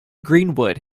greenwood